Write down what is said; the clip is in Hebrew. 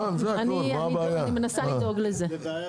אני מנסה לדאוג לזה.